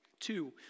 two